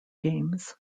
games